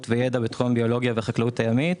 וידע בתחום הביולוגיה והחקלאות הימית,